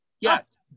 Yes